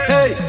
Hey